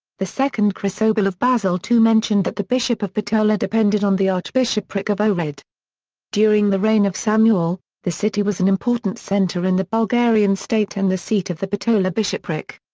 the second chrysobull of basil ii mentioned that the bishop of bitola depended on the archbishopric of ohrid during the reign of samuil, the city was an important centre in the bulgarian state and the seat of the bitola bishopric.